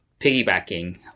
piggybacking